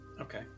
Okay